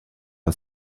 are